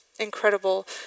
incredible